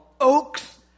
oaks